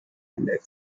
ended